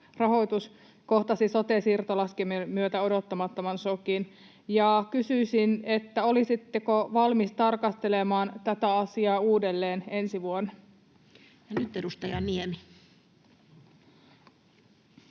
rahoitus kohtaisi sote-siirtolaskelmien myötä odottamattoman šokin? Ja kysyisin: olisitteko valmis tarkastelemaan tätä asiaa uudelleen ensi vuonna? Ja nyt edustaja Niemi.